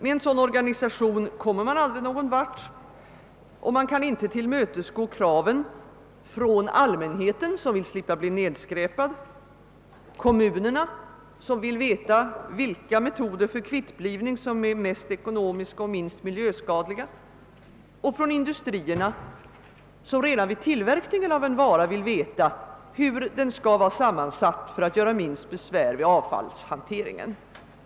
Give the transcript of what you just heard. Med en sådan organisation kommer man aldrig någon vart, och man kaninte tillmötesgå kraven från allmänheten som vill slippa nedskräpning, från kommunerna som vill veta vilka metoder för kvittblivning som är mest ekonomiska och minst miljöskadliga samt från industrierna, som redan vid tillverkningen av en vara vill veta hur den bör vara sammansatt för att vara till minsta besvär vid avfallshanteringen.